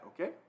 okay